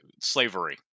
slavery